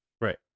Right